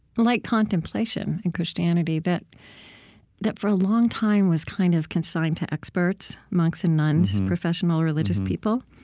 like contemplation in christianity, that that for a long time was kind of consigned to experts, monks and nuns, professional religious people.